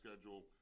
schedule